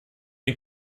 den